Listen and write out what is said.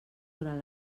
durant